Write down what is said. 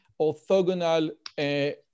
orthogonal